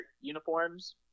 uniforms